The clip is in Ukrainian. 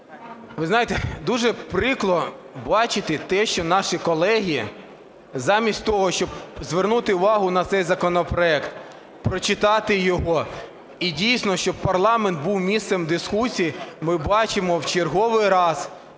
Ви знаєте, дуже прикро бачити те, що наші колеги замість того, щоб звернути увагу на цей законопроект, прочитати його і дійсно, щоб парламент був місцем дискусії, ми бачимо в черговий раз